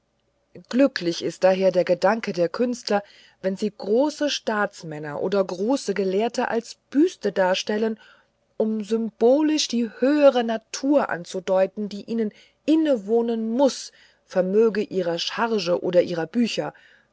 glücklich ist daher der gedanke der künstler wenn sie große staatsmänner oder große gelehrte als büste darstellen um symbolisch die höhere natur anzudeuten die ihnen inwohnen muß vermöge ihrer charge oder ihrer bücher